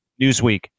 Newsweek